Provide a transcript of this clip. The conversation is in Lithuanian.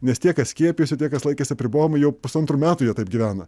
nes tie kas skiepijasi tie kas laikėsi apribojimų jau pusantrų metų jie taip gyvena